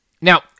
Now